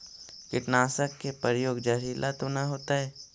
कीटनाशक के प्रयोग, जहरीला तो न होतैय?